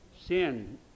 Sin